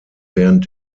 während